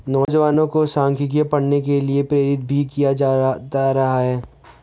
नौजवानों को सांख्यिकी पढ़ने के लिये प्रेरित भी किया जाता रहा है